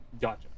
Gotcha